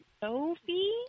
Sophie